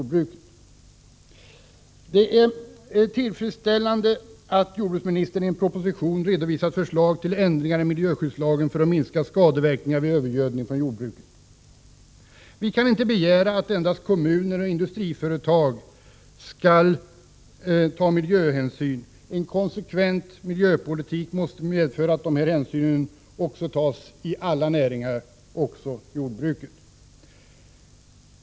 Det är tillfredsställande att jordbruksministern i en proposition har redovisat förslag till ändringar i miljöskyddslagen i syfte att minska skade verkningar vid övergödning i jordbruket. Vi kan inte begära att endast kommuner och industriföretag skall ta miljöhänsyn. En konsekvent miljöpolitik måste innebära att hänsyn tas inom alla näringar, även inom jordbruket.